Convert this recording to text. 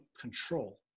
control